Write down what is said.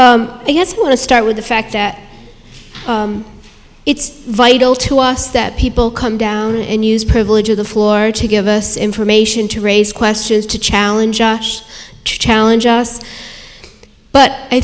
i want to start with the fact that it's vital to us that people come down and use privilege of the floor to give us information to raise questions to challenge challenge us but i